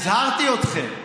הזהרתי אתכם.